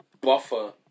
buffer